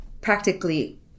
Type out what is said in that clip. practically